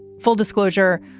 full disclosure,